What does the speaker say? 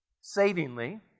savingly